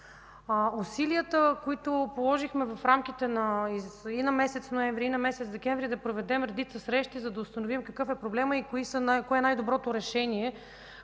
Усилията, които положихме в рамките и на месец ноември, и на месец декември да проведем редица срещи, за да установим какъв е проблема и кое е най-доброто решение